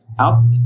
out